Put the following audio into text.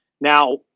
Now